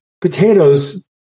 potatoes